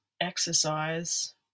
exercise